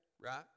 right